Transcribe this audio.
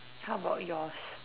how about yours